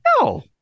No